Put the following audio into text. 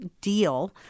deal